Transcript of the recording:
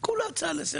זאת בסך הכול הצעה לסדר.